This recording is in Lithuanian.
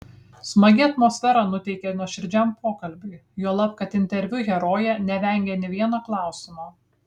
smagi atmosfera nuteikė nuoširdžiam pokalbiui juolab kad interviu herojė nevengė nė vieno klausimo